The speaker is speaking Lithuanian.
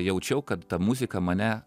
jaučiau kad ta muzika mane